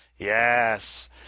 yes